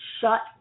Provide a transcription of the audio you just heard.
shut